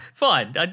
Fine